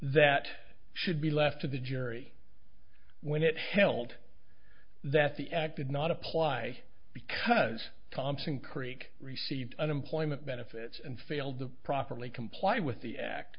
that should be left to the jury when it held that the acted not apply because thompson creek received unemployment benefits and failed to properly comply with the act